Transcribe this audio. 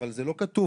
אבל זה לא כתוב.